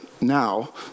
now